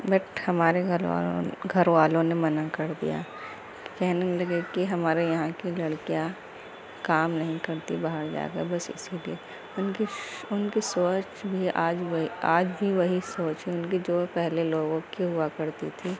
but ہمارے گھر والوں گھر والوں نے منع کر دیا کہنے لگے کہ ہمارے یہاں کی لڑکیاں کام نہیں کرتیں باہر جا کر بس اسی لیے ان کی ان سوچ بھی آج وہی آج بھی وہی سوچ ہے ان کی جو پہلے لوگوں کی ہوا کرتی تھی